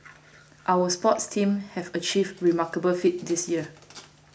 our sports teams have achieved remarkable feats this year